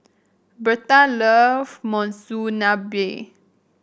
Bertha love Monsunabe